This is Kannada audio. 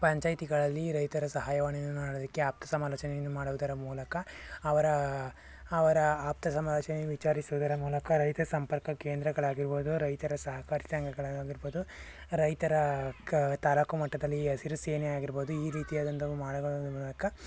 ಪಂಚಾಯಿತಿಗಳಲ್ಲಿ ರೈತರ ಸಹಾಯವಾಣಿಯನ್ನು ಮಾಡೋದಕ್ಕೆ ಆಪ್ತಸಮಾಲೋಚನೆಯನ್ನು ಮಾಡುವುದರ ಮೂಲಕ ಅವರ ಅವರ ಆಪ್ತಸಮಾಲೋಚನೆಯನ್ನು ವಿಚಾರಿಸುವುದರ ಮೂಲಕ ರೈತ ಸಂಪರ್ಕ ಕೇಂದ್ರಗಳಾಗಿರ್ಬೋದು ರೈತರ ಸಹಕಾರಿ ಸಂಘಗಳಾಗಿರ್ಬೋದು ರೈತರ ಕ ತಾಲ್ಲೂಕು ಮಟ್ಟದಲ್ಲಿ ಹಸಿರು ಸೇನೆಯಾಗಿರ್ಬೋದು ಈ ರೀತಿಯಾದಂತಹ ಮೂಲಕ